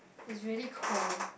it's really cold